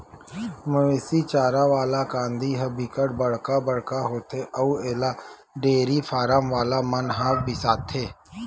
मवेशी चारा वाला कांदी ह बिकट बड़का बड़का होथे अउ एला डेयरी फारम वाला मन ह बिसाथे